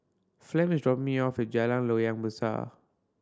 Flem is dropping me off at Jalan Loyang Besar